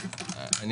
התשפ"א-2021.